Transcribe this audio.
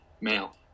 male